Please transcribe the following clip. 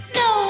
no